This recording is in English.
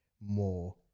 more